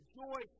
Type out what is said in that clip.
joy